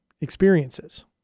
experiences